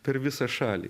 per visą šalį